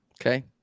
Okay